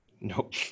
Nope